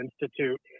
Institute